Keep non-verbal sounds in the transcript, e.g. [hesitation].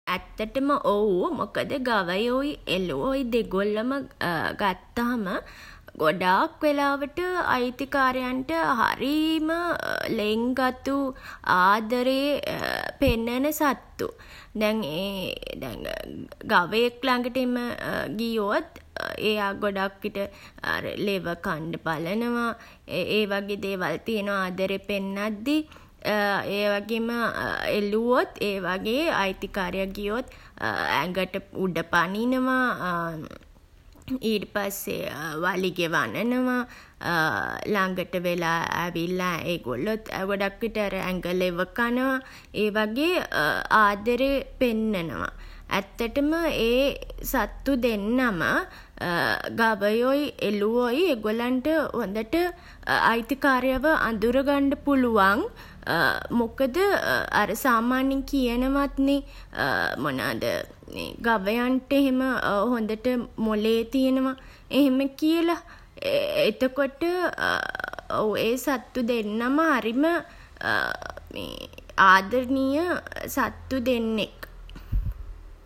ඇත්තටම ඔව්. මොකද ගවයොයි එළුවොයි දෙගොල්ලොම [hesitation] ගත්තහම ගොඩාක් වෙලාවට අයිතිකාරයන්ට හරීම ලෙන්ගතු ආදරේ [hesitation] පෙන්නන සත්තු. දැන් ඒ දැන් [hesitation] ගවයෙක් ළඟට එම ගියොත් [hesitation] එයා ගොඩක් විට [hesitation] අර ලෙවකන්න බලනවා. ඒ වගේ දේවල් තියෙනවා ආදරේ පෙන්නද්දි. [hesitation] ඒවගේම [hesitation] එළුවොත් ඒවගේ අයිතිකාරයා ගියොත් [hesitation] ඇඟට උඩ පනිනවා. [hesitation] ඊට පස්සේ [hesitation] වලිගෙ වනනවා. [hesitation] ළඟට වෙලා ඇවිල්ලා ඒගොල්ලොත් ගොඩක් විට අර ඇඟ ලෙව කනවා. ඒ වගේ [hesitation] ආදරේ පෙන්නනවා. ඇත්තටම ඒ සත්තු දෙන්නම [hesitation] ගවයොයි එළුවොයි ඒගොල්ලන්ට හොඳට [hesitation] අයිතිකාරයාව අඳුරගන්ඩ පුළුවන්. [hesitation] මොකද [hesitation] අර සාමාන්‍යයෙන් කියනවත් නෙ [hesitation] මොනවද ගවයන්ට එහෙම හොඳට මොලේ තියෙනවා. එහෙම කියලා. [hesitation] එතකොට [hesitation] ඔව් ඒ සත්තු දෙන්නම හරිම [hesitation] ආදරණීය සත්තු දෙන්නෙක්.